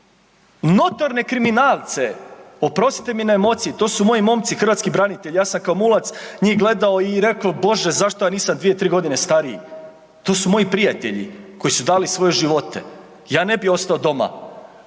Notorne kriminalce, oprostite mi na emociji, to su moji momci, hrvatski branitelji, ja sam kao mulac njih gledao i rekao bože, zašto ja nisam 2, 3 g. stariji, to su moji prijatelji koji su dali svoje živote, ja ne bi ostao doma